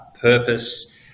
purpose